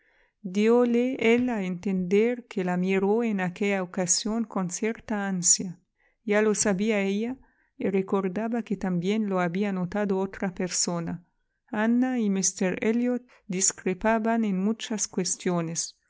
dióle él a entender que la miró en aquella ocasión con cierta ansia ya lo sabía ella y recordaba que también lo había notado otra persona ana y míster elliot discrepaban en muchas cuestiones